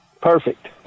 Perfect